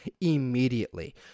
immediately